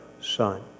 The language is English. son